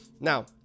now